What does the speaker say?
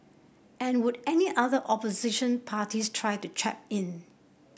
and would any other opposition parties try to chap in